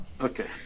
Okay